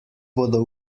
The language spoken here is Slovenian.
bodo